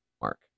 Mark